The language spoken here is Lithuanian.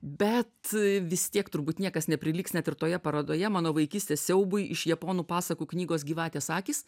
bet vis tiek turbūt niekas neprilygs net ir toje parodoje mano vaikystės siaubui iš japonų pasakų knygos gyvatės akys